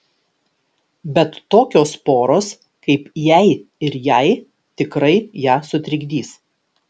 bet tokios poros kaip jei ir jai tikrai ją sutrikdys